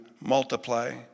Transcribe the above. multiply